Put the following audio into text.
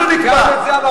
אנחנו נקבע.